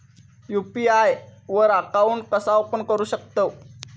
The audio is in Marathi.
यू.पी.आय वर अकाउंट कसा ओपन करू शकतव?